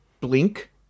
Blink